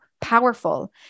powerful